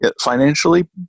financially